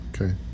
okay